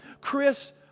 Chris